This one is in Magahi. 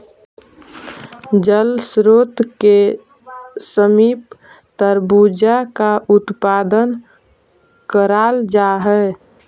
जल स्रोत के समीप तरबूजा का उत्पादन कराल जा हई